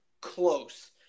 close